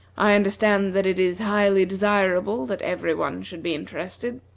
i understand that it is highly desirable that every one should be interested.